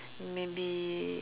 maybe